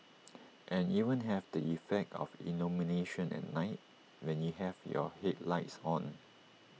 and even have the effect of illumination at night when you have your headlights on